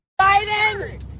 Biden